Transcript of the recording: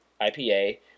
IPA